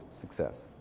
success